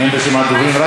אין רשימת דוברים.